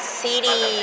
city